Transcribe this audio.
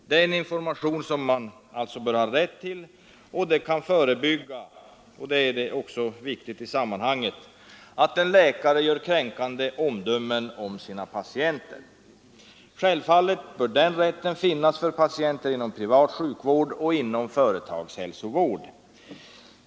Det är en information man bör ha rätt till, och det kan också förebygga — vilket är viktigt i sammanhanget — att läkare gör kränkande omdömen om sina patienter. Självfallet bör denna rätt också finnas för patienter inom privat sjukvård och företagshälsovård.